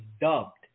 dubbed